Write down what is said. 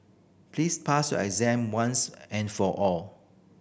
please pass your exam once and for all